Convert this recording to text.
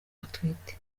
atwite